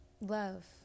Love